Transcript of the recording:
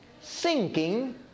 sinking